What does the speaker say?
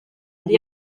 yari